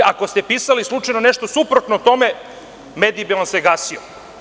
Ako ste pisali slučajno nešto suprotno tome, mediji bi vam se gasio.